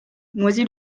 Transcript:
noisy